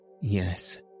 Yes